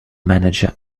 manager